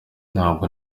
ntabwo